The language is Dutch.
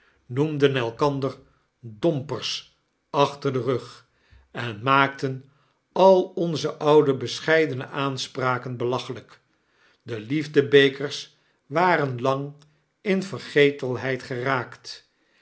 noemden elkander dompers achter den rug en maakten al onze oude bescheidene aanspraken belachelyk de liefdebekers waren langinvergetelheid geraakt